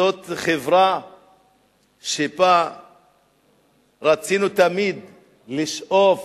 זאת חברה שבה רצינו תמיד לשאוף